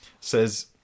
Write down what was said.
says